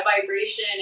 vibration